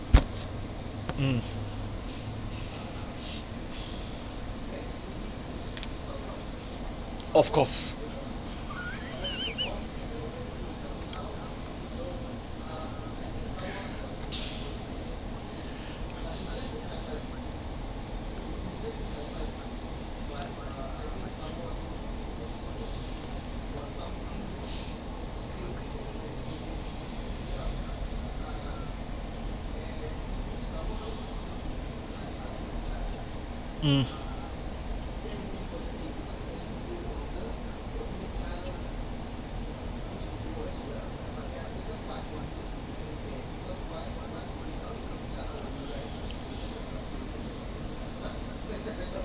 um of course uh